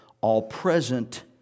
all-present